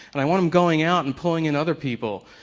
and i want them going out and pulling in other people.